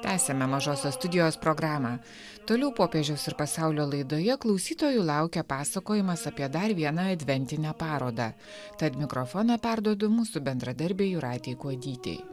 tęsiame mažosios studijos programą toliau popiežiaus ir pasaulio laidoje klausytojų laukia pasakojimas apie dar vieną adventinę parodą tad mikrofoną perduodu mūsų bendradarbiai jūratei kuodytei